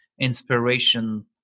inspiration